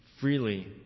freely